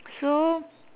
so